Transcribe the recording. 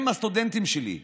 הם הסטודנטים שלי.